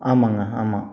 ஆமாங்க ஆமாம்